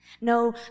No